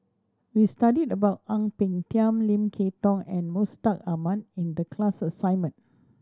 we studied about Ang Peng Tiam Lim Kay Tong and Mustaq Ahmad in the class assignment